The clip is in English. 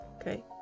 Okay